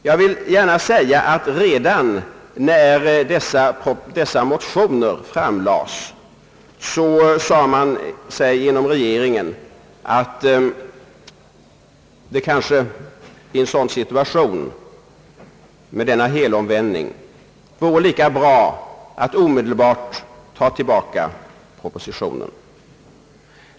Jag vill gärna redan nu säga, att när dessa motioner framlades sade man sig inom regeringen, att det kanske i en situation med en sådan helomvändning vore lika bra att omedelbart ta tillbaka propositionen.